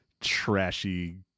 trashy